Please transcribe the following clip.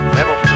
Level